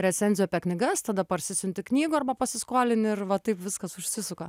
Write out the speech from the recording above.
recenzijų apie knygas tada parsisiunti knygų arba pasiskolini ir va taip viskas užsisuka